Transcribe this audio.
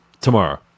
Tomorrow